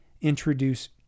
introduce